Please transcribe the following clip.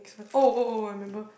next one oh oh oh I remember